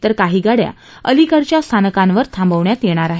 तर काही गाड्या अलिकडच्या स्थानकांवर थांबवण्यात येणार आहेत